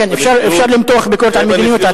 כן, אפשר למתוח ביקורת על מדיניות.